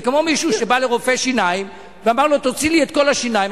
זה כמו מישהו שבא לרופא שיניים ואומר לו: תוציא לי את כל השיניים,